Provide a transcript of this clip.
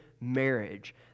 marriage